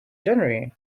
january